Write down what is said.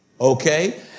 Okay